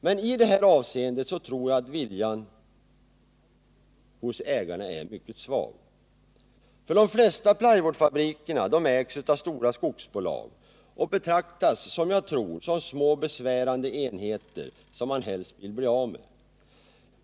Men i det avseendet tror jag att viljan hos ägarna är mycket svag. De flesta plywoodfabrikerna ägs av stora skogsbolag och betraktas —som jag tror — som små besvärande enheter som man helst vill bli av med.